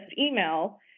email